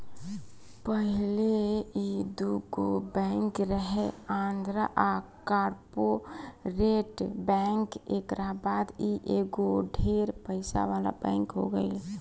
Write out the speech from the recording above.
पहिले ई दुगो बैंक रहे आंध्रा आ कॉर्पोरेट बैंक एकरा बाद ई एगो ढेर पइसा वाला बैंक हो गईल